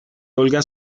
olga